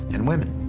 and women.